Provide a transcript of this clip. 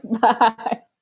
Bye